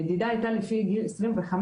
המדידה היתה לפי גיל 25,